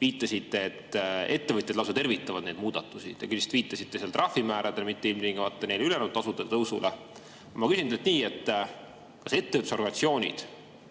viitasite, et ettevõtjad lausa tervitavad neid muudatusi. Te küll viitasite vist trahvimääradele, mitte ilmtingimata ülejäänud tasude tõusule. Ma küsin teilt nii: kas ettevõtlusorganisatsioonid,